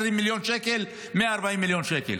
140 מיליון שקל,